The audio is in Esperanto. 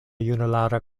junulara